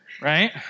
Right